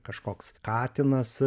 kažkoks katinas